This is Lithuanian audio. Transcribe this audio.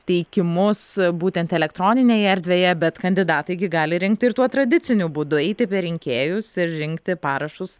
teikimus būtent elektroninėje erdvėje bet kandidatai gi gali rinkti ir tuo tradiciniu būdu eiti per rinkėjus ir rinkti parašus